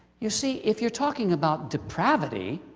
you see, if you're talking about depravity,